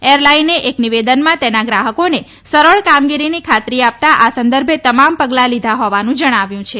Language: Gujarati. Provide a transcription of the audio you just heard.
એર લાઈને એક નિવેદનમાં તેના ગ્રાહકોને સરળ કામગીરીની ખાતરી આપતા આ સંદર્ભે તમામ પગલાં લીધા હોવાનું જણાવ્યું છે